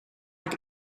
het